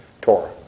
Torah